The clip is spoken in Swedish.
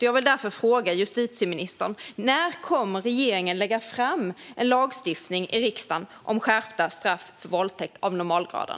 Jag vill därför fråga justitieministern: När kommer regeringen att lägga fram en lagstiftning i riksdagen om skärpta straff för våldtäkt av normalgraden?